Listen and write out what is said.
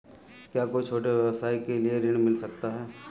क्या कोई छोटे व्यवसाय के लिए ऋण मिल सकता है?